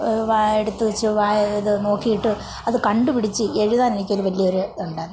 വാ എടുത്ത് വെച്ച് വാ ഇത് നോക്കിയിട്ട് അത് കണ്ട് പിടിച്ച് എഴുതാനെനിക്കൊര് വലിയ ഒര് ഉണ്ടായിരുന്നു